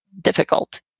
difficult